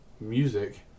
music